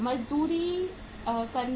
मजदूरी करना